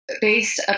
based